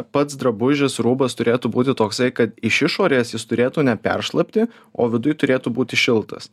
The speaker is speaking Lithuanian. pats drabužis rūbas turėtų būti toksai kad iš išorės jis turėtų neperšlapti o viduj turėtų būti šiltas